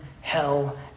hell